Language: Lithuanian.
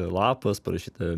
lapas parašyta